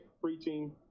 preaching